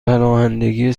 پناهندگی